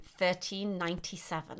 1397